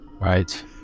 right